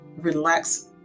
relax